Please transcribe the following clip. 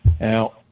Now